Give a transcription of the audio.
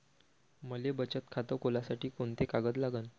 मले बचत खातं खोलासाठी कोंते कागद लागन?